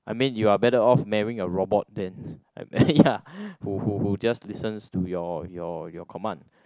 I mean you are better off marrying a robot than ya who who who just listens to your your your command